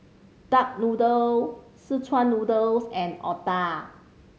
duck noodle szechuan noodles and otah